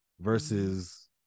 versus